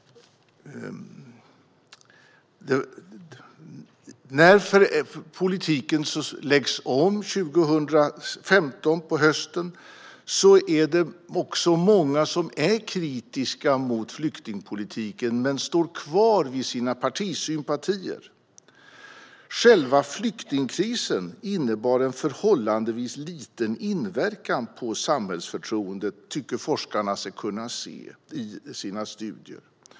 När politiken lades om på hösten 2015 var det också många som var kritiska mot flyktingpolitiken men stod kvar vid sina partisympatier. Själva flyktingkrisen innebar en förhållandevis liten inverkan på samhällsförtroendet, tycker forskarna sig kunna se i sina studier.